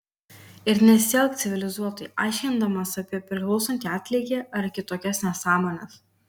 ir nesielk civilizuotai aiškindamas apie priklausantį atlygį ar kitokias nesąmones